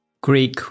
Greek